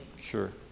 Sure